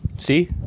See